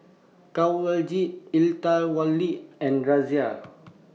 Kanwaljit and Razia